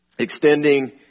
extending